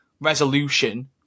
resolution